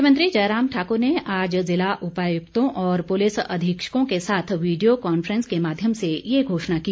मुख्यमंत्री जयराम ठाक़र ने आज ज़िला उपायुक्तों और पुलिस अधीक्षकों के साथ वीडियो कॉन्फ्रेंस के माध्यम से ये घोषणा की